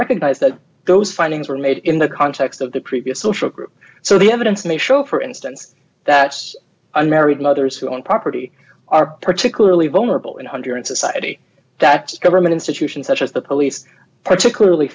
recognise that those findings were made in the context of the previous social group so the evidence may show for instance that's unmarried mothers who own property are particularly vulnerable and under an society that government institutions such as the police particularly